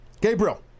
Gabriel